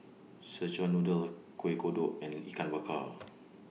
Szechuan Noodle Kueh Kodok and Ikan Bakar